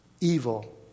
evil